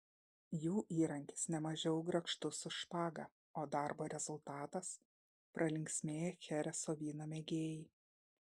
jų įrankis nemažiau grakštus už špagą o darbo rezultatas pralinksmėję chereso vyno mėgėjai